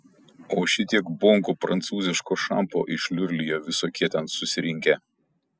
o šitiek bonkų prancūziško šampo išliurlijo visokie ten susirinkę